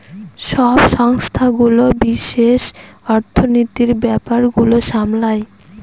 সব সংস্থাগুলো বিশেষ অর্থনীতির ব্যাপার গুলো সামলায়